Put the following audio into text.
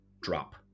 drop